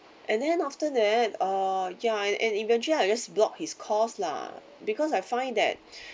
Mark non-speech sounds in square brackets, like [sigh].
and then after that uh ya and eventually I guess block his calls lah because I find that [breath]